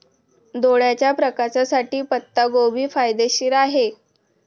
डोळ्याच्या प्रकाशासाठी पत्ताकोबी फायदेशीर आहे